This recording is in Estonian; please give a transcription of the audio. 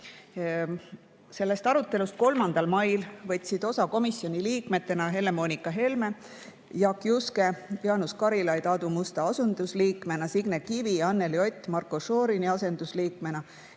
3. mai arutelust võtsid osa komisjoni liikmed Helle-Moonika Helme, Jaak Juske, Jaanus Karilaid Aadu Musta asendusliikmena, Signe Kivi, Anneli Ott Marko Šorini asendusliikmena,